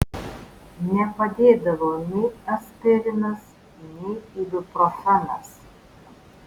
nepadėdavo nei aspirinas nei ibuprofenas